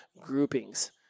groupings